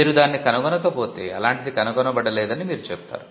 మీరు దానిని కనుగొనకపోతే అలాంటిది కనుగొనబడలేదని మీరు చెబుతారు